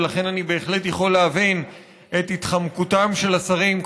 ולכן אני בהחלט יכול להבין את התחמקותם של השרים,